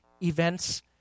events